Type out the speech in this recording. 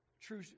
true